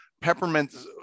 peppermint